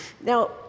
Now